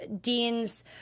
Dean's